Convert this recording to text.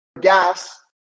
gas